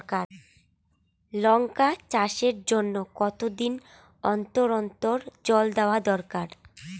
লঙ্কা চাষের জন্যে কতদিন অন্তর অন্তর জল দেওয়া দরকার?